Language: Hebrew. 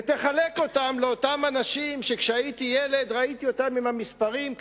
ותחלק אותו לאותם אנשים שכשהייתי ילד ראיתי אותם עם המספרים,